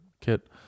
kit